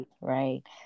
right